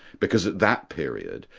because at that period,